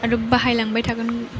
आरो बाहायलांबाय थागोन